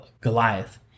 Goliath